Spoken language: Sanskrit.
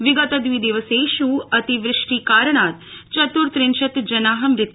विगत द्विदिवसेष् अतिवृष्टिकारणात् चत्र्रिशत् जना मृता